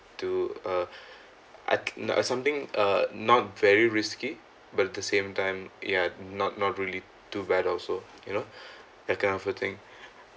to uh I in a something uh not very risky but at the same time ya not not really too bad also you know that kind of a thing